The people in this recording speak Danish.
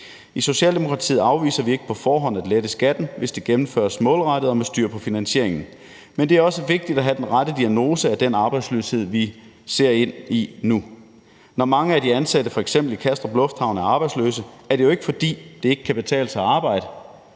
I Socialdemokratiet afviser vi ikke på forhånd at lette skatten, hvis det gennemføres målrettet og med styr på finansieringen, men det er også vigtigt at have den rette diagnose af den arbejdsløshed, vi ser ind i nu. Når mange af de ansatte i f.eks. Københavns Lufthavn er arbejdsløse, er det jo ikke, fordi det ikke kan betale sig at arbejde